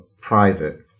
private